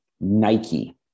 Nike